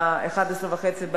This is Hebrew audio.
ב-23:30,